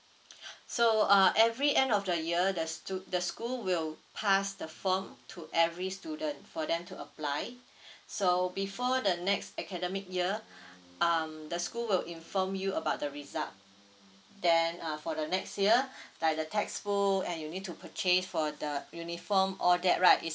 so uh every end of the year there's two the school will pass the form to every student for them to apply so before the next academic year um the school will inform you about the result then uh for the next year like the textbook and you need to purchase for the uniform all that right is